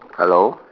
hello